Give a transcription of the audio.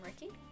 Ricky